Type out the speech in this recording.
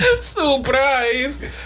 Surprise